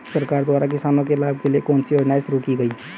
सरकार द्वारा किसानों के लाभ के लिए कौन सी योजनाएँ शुरू की गईं?